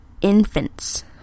infants